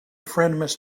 friend